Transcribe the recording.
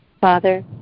Father